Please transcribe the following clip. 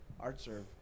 ArtServe